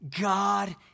God